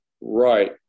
Right